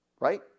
right